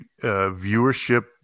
viewership